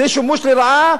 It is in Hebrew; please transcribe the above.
זה שימוש לרעה,